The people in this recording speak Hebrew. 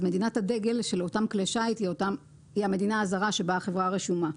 אז מדינת הדגל של אותם כלי שיט היא המדינה הזרה שבה החברה רשומה.